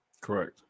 Correct